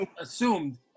Assumed